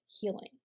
healing